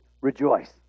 Rejoice